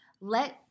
Let